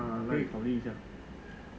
可以考虑一下